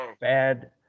bad